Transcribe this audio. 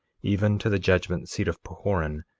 even to the judgment-seat of pahoran,